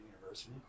University